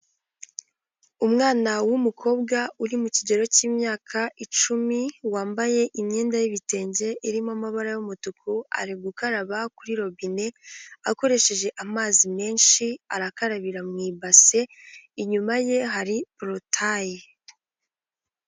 Umwana w'umukobwa uri mu kigero cy'imyaka icumi wambaye imyenda y'ibitenge irimo amabara y'umutuku, ari gukaraba kuri robine akoresheje amazi menshi arakarabira mu ibasi inyuma ye hari porotayi.